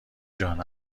جان